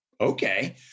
okay